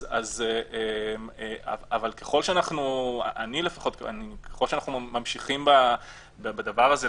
אבל ככל שאנחנו ממשיכים בדבר הזה,